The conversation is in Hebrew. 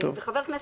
חבר כנסת,